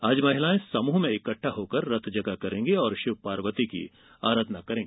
आज महिलायें समूह में इकट्ठा होकर रतजगा करेंगीं और शिव पार्वती की आराधना करेंगी